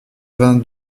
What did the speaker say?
vingt